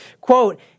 Quote